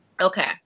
Okay